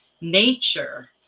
nature